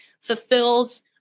fulfills